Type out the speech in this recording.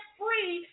free